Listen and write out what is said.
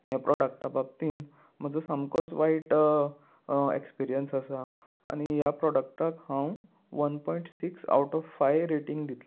हे प्रोडक्टा बाबतींत म्हजो सामकोच वायट एक्सपिरियन्स आसा आनी ह्या प्रोडक्टाक हांव one point six out of five rating दितले